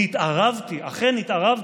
ואכן התערבתי.